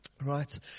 Right